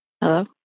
Hello